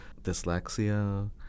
dyslexia